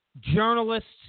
Journalists